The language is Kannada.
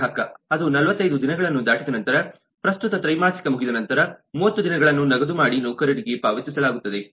ಗ್ರಾಹಕ ಅದು 45 ದಿನಗಳನ್ನು ದಾಟಿದ ನಂತರ ಪ್ರಸ್ತುತ ತ್ರೈಮಾಸಿಕ ಮುಗಿದ ನಂತರ 30 ದಿನಗಳನ್ನು ನಗದು ಮಾಡಿ ನೌಕರನಿಗೆ ಪಾವತಿಸಲಾಗುತ್ತದೆ